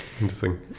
interesting